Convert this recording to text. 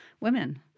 women